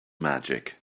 magic